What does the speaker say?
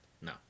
No